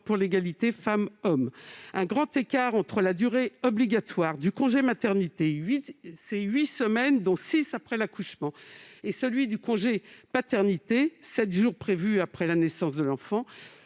pour l'égalité entre les femmes et les hommes. Un grand écart entre la durée obligatoire du congé maternité, à savoir huit semaines, dont six après l'accouchement, et celui du congé paternité, soit sept jours après la naissance de l'enfant,